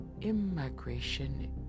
immigration